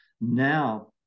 Now